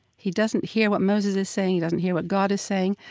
he doesn't hear what moses is saying, he doesn't hear what god is saying.